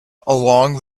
along